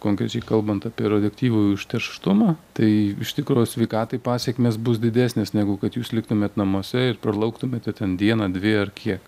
konkrečiai kalbant apie radioaktyvųjį užterštumą tai iš tikro sveikatai pasekmės bus didesnės negu kad jūs liktumėt namuose ir pralauktumėte ten dieną dvi ar kiek